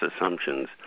assumptions